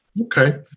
Okay